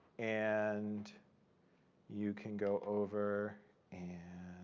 and you can go over and